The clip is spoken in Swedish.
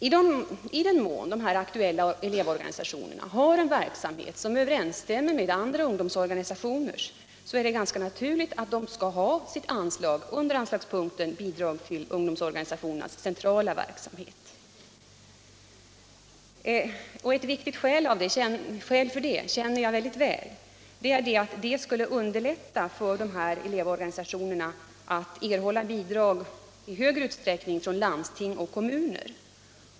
I den mån de aktuella elevorganisationerna bedriver en verksamhet som överensstäm mer med andra ungdomsorganisationers är det naturligt att de skall ha — Nr 84 sitt anslag under rubriken Bidrag till ungdomsorganisationernas centrala Torsdagen den verksamhet. Och ett viktigt skäl för detta är att det skulle underlätta 10 mars 1977 för elevorganisationerna att i större utsträckning erhålla bidrag från lands = ting och kommuner.